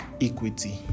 equity